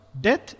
death